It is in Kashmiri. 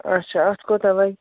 اچھا اَتھ کوتاہ لَگہِ